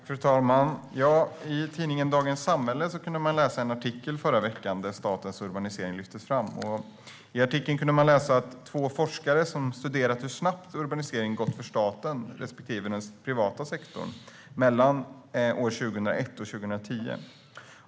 Fru talman! I tidningen Dagens samhälle kunde man i förra veckan läsa en artikel där statens urbanisering lyftes fram. I artikeln kunde man läsa att två forskare studerat hur snabbt urbaniseringen gått för staten respektive den privata sektorn mellan 2001 och 2010.